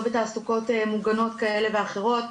לא בתעסוקות מוגנות כאלה ואחרות,